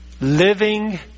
Living